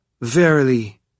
Verily